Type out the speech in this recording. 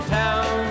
town